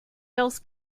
else